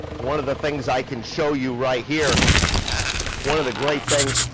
one of the things i can show you right here one of the great things,